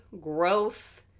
growth